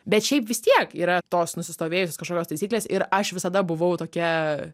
bet šiaip vis tiek yra tos nusistovėjusios kažkokios taisyklės ir aš visada buvau tokia